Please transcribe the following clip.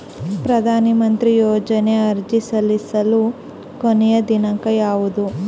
ಪ್ರಧಾನ ಮಂತ್ರಿ ಯೋಜನೆಗೆ ಅರ್ಜಿ ಸಲ್ಲಿಸಲು ಕೊನೆಯ ದಿನಾಂಕ ಯಾವದು?